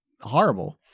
horrible